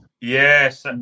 yes